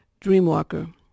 Dreamwalker